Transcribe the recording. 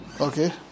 okay